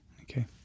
Okay